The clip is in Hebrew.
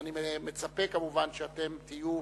ואני מצפה, כמובן, שאתם תהיו